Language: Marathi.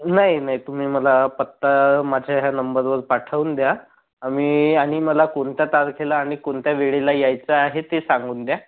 नाही नाही तुम्ही मला पत्ता माझ्या ह्या नंबरवर पाठवून द्या आम्ही आणि मला कोणत्या तारखेला आणि कोणत्या वेळेला यायचं आहे ते सांगून द्या